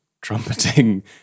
trumpeting